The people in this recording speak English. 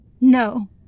No